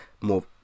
more